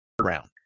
round